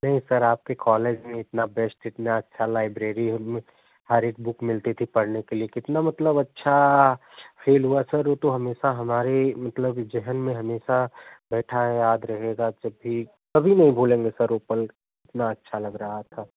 नहीं सर आपके कॉलेज में इतना बेस्ट इतना अच्छा लाइब्रेरी है उसमें सारी बुक मिलती थी पढ़ने के लिए कितना मतलब अच्छा फ़ील हुआ सर वो तो हमेशा हमारे मतलब जेहन में हमेशा बैठा है याद रहेगा क्योंकि कभी नहीं भूलेंगे सर वो पल कितनाअच्छा लग रहा था